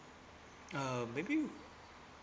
uh maybe